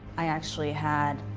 i actually had